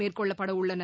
மேற்கொள்ளப்படஉள்ளன